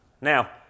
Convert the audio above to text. Now